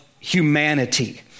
Humanity